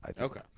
Okay